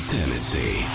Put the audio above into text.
Tennessee